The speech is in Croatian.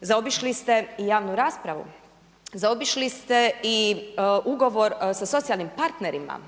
zaobišli ste i javnu raspravu, zaobišli ste i ugovor sa socijalnim partnerima.